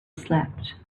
slept